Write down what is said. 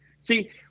see